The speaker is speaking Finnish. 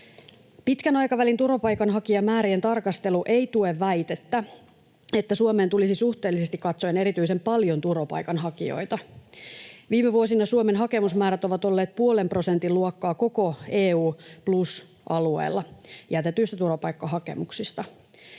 Pitkän aikavälin turvapaikanhakijamäärien tarkastelu ei tue väitettä, että Suomeen tulisi suhteellisesti katsoen erityisen paljon turvapaikanhakijoita. Viime vuosina Suomen hakemusmäärät ovat olleet puolen prosentin luokkaa koko EU+-alueella jätetyistä turvapaikkahakemuksista.